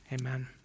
amen